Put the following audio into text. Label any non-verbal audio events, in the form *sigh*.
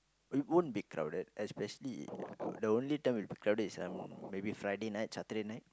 it won't be crowded especially *noise* the only time it will be crowded is um maybe Friday night Saturday night